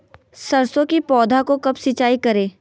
सरसों की पौधा को कब सिंचाई करे?